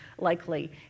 likely